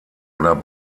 oder